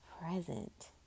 present